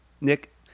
Nick